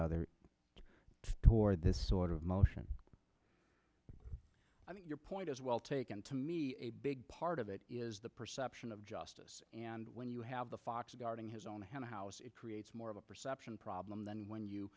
other toward this sort of motion your point is well taken a big part of it is the perception of justice when you have the fox guarding his own house it creates more of a perception problem then when you